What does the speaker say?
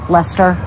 Lester